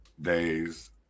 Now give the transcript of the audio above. Days